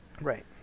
Right